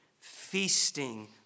feasting